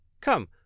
Come